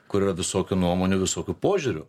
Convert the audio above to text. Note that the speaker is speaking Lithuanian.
kur yra visokių nuomonių visokių požiūrių